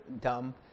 dumb